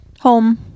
Home